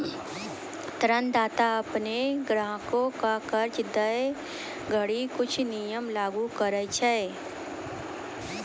ऋणदाता अपनो ग्राहक क कर्जा दै घड़ी कुछ नियम लागू करय छै